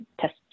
test